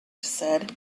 said